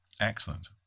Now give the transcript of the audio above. Excellent